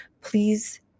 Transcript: please